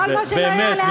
באמת,